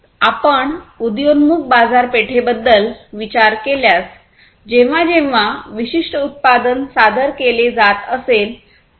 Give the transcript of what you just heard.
आपण उदयोन्मुख बाजारपेठेबद्दल विचार केल्यास जेव्हा जेव्हा विशिष्ट उत्पादन सादर केले जात असेल